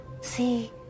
See